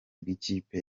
bw’ikipe